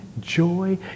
joy